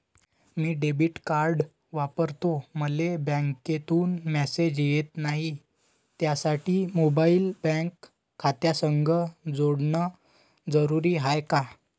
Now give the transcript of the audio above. मी debit card वापरतो मले बँकेतून मॅसेज येत नाही, त्यासाठी मोबाईल बँक खात्यासंग जोडनं जरुरी हाय का?